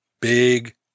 big